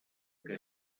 que